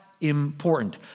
important